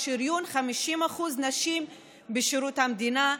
לשריון 50% נשים בשירות המדינה,